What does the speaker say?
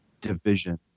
division